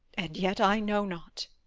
and yet i know not.